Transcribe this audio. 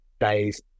days